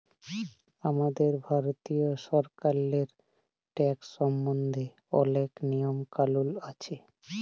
আমাদের ভারতীয় সরকারেল্লে ট্যাকস সম্বল্ধে অলেক লিয়ম কালুল আছে